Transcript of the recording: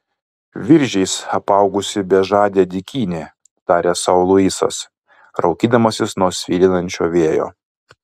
viržiais apaugusi bežadė dykynė tarė sau luisas raukydamasis nuo svilinančio vėjo